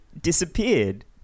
disappeared